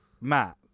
Matt